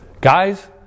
guys